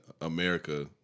America